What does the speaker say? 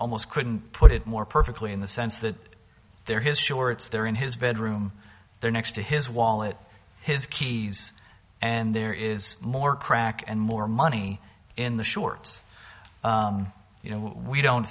almost couldn't put it more perfectly in the sense that they're his sure it's there in his bedroom there next to his wallet his keys and there is more crack and more money in the shorts you know we don't